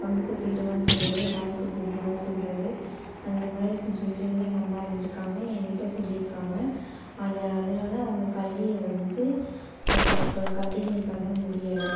கம்பு குத்திவிட்டு வானு சொல்வது ராகி குத்திவிட்டு வானு சொல்வது அந்த மாதிரி சுச்சுவேஷனில் எங்கள் அம்மா இருந்திருக்காங்க என்கிட்ட சொல்லியிருக்காங்க அதை அதனால அவங்க கல்வியை வந்து அவர்களுக்கு கன்ட்டினியூ பண்ண முடியலை